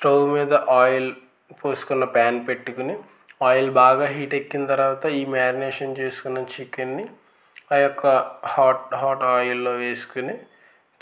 stove మీద oil పోసుకున్న pan పెట్టుకుని ఆయిల్ బాగా హీట్ ఎక్కిన తర్వాత ఈ మ్యాగ్నేషన్ చేసుకున్న చికెన్ని ఆ యొక్క హాట్ హాట్ ఆయిల్లో వేసుకుని